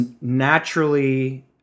naturally